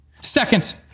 Second